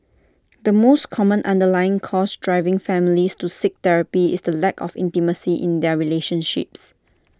the most common underlying cause driving families to seek therapy is the lack of intimacy in their relationships